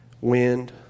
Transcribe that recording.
wind